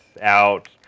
out